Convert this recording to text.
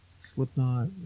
Slipknot